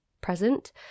present